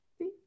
See